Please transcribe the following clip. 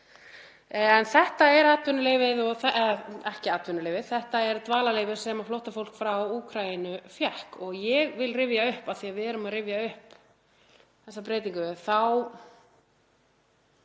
Þetta er dvalarleyfi sem flóttafólk frá Úkraínu fékk og ég vil rifja upp, af því að við erum að rifja upp þessa breytingu,